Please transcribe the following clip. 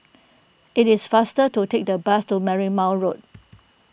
it is faster to take the bus to Marymount Road